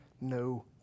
no